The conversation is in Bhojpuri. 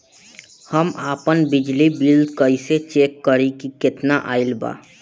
हम आपन बिजली बिल कइसे चेक करि की केतना आइल बा?